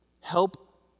Help